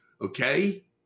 okay